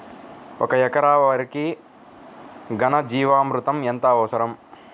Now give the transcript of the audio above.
ఒక ఎకరా వరికి ఘన జీవామృతం ఎంత అవసరం?